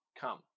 come